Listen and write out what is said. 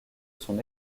son